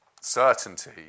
certainty